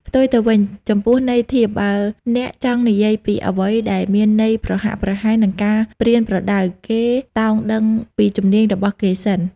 ផ្ទុយទៅវិញ ចំពោះន័យធៀប បើអ្នកចង់និយាយពីអ្វីដែលមានន័យប្រហាក់ប្រហែលនឹងការប្រៀនប្រដៅ គេតោងដឹងពីជំនាញរបស់គេសិន ។